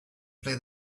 play